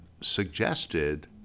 suggested